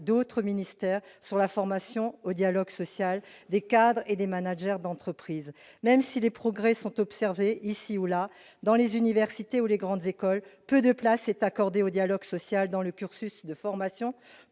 d'autres ministères, sur la formation au dialogue social des cadres et des managers d'entreprise. Même si des progrès sont observés ici ou là dans les universités ou les grandes écoles, peu de place est accordée au dialogue social dans les cursus de formation